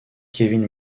kevin